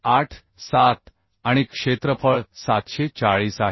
87 आणि क्षेत्रफळ 740 आहे